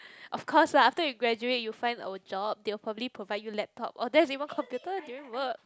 of course lah after you graduate you find a job they will probably provide you laptop or there's even computer during work